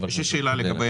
לגבי